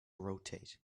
rotate